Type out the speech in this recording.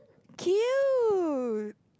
cute